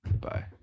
Bye